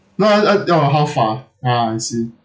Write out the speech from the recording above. no uh uh ya how far ah I see